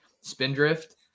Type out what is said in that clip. Spindrift